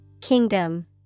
Kingdom